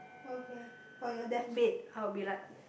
okay oh your death bed I will be like